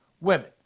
women